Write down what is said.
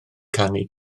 canu